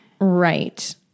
Right